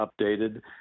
updated